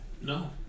No